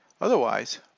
Otherwise